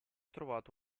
trovato